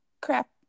crap